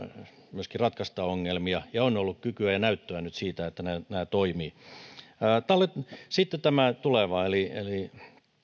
myöskin ratkaista ongelmia ja on ollut kykyä ja näyttöä nyt siitä että nämä nämä toimivat sitten tämä tuleva eli eli